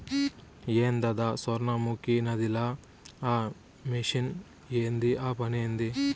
ఏందద సొర్ణముఖి నదిల ఆ మెషిన్ ఏంది ఆ పనేంది